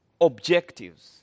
objectives